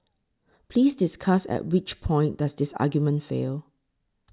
please discuss at which point does this argument fail